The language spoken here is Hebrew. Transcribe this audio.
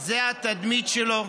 זו התדמית שלו.